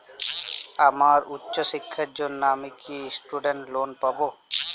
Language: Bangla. আমার উচ্চ শিক্ষার জন্য আমি কি স্টুডেন্ট লোন পাবো